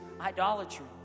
idolatry